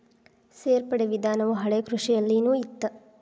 ಸೇರ್ಪಡೆ ವಿಧಾನವು ಹಳೆಕೃಷಿಯಲ್ಲಿನು ಇತ್ತ